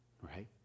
right